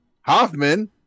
Hoffman